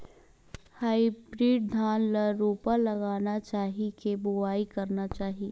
Hybrid धान ल रोपा लगाना चाही या बोआई करना चाही?